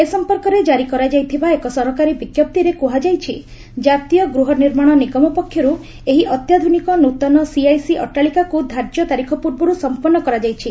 ଏ ସମ୍ପର୍କରେ ଜାରି କରାଯାଇଥିବା ଏକ ସରକାରୀ ବିଜ୍ଞପ୍ତିରେ କୁହାଯାଇଛି କାତୀୟ ଗୃହ ନିର୍ମାଣ ନିଗମ ପକ୍ଷରୁ ଏହି ଅତ୍ୟାଧୁନିକ ନୃତନ ସିଆଇସି ଅଟ୍ଟାଳିକାକୁ ଧାର୍ଯ୍ୟ ତାରିଖ ପ୍ରର୍ବରୁ ସମ୍ପନ୍ନ କରାଯାଇଛି